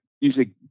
usually